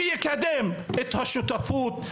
שיקדם את השותפות,